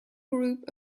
group